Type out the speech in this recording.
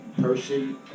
person